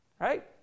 Right